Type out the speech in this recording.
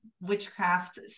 witchcraft